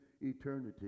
eternity